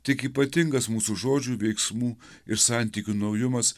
tik ypatingas mūsų žodžių veiksmų ir santykių naujumas